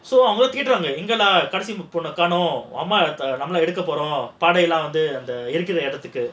so அவங்க கேக்குறாங்க கடைசி பொண்ண காணோம் அம்மா நம்ம எடுக்க போறோம் பாடைலாம் ஏறிக்கிற இடத்துக்கு:avanga kekkuraanga kadaisi ponna kaanom amma namma edukka porom paadailaam erikira idathukku